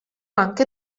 anche